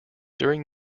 during